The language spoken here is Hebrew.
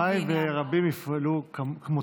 הלוואי שרבים יפעלו כמותך.